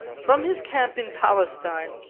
from his camp in palestine,